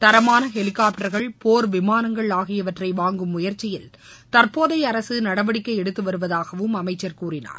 தரமான ஹெலிகாப்டர்கள் போர் விமானங்கள் ஆகியவற்றை வாங்கும் முயற்சியில் தற்போதைய அரசு நடவடிக்கை எடுத்து வருவதாகவும் அமைச்சர் கூறினார்